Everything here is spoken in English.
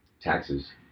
taxes